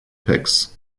picks